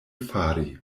fari